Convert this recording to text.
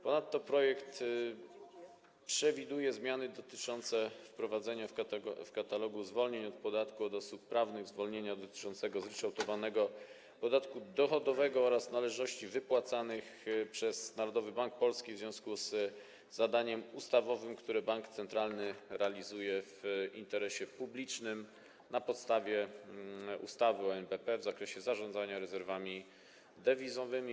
Ponadto projekt przewiduje zmiany dotyczące wprowadzenia w katalogu zwolnień od podatku od osób prawnych zwolnienia dotyczącego zryczałtowanego podatku dochodowego od należności wypłacanych przez Narodowy Bank Polski w związku z zadaniem ustawowym, które bank centralny realizuje w interesie publicznym na podstawie ustawy o NBP w zakresie zarządzania rezerwami dewizowymi.